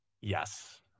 Yes